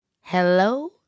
Hello